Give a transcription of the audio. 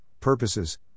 purposes